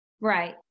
Right